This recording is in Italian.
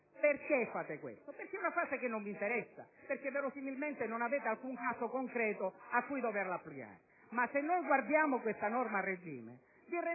Perché fate questo? Perché è una fase che non vi interessa, perché verosimilmente non avete alcun caso concreto a cui doverla applicare. Guardando questa norma a regime, mi chiedo